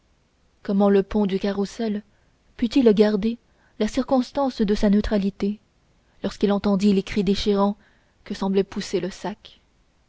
comment le pont du carrousel put-il garder la constance de sa neutralité lorsqu'il entendit les cris déchirants que semblait pousser le sac